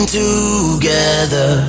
together